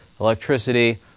electricity